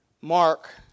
Mark